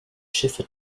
schiffe